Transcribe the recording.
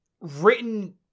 Written